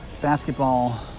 basketball